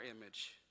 image